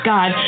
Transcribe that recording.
God